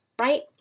right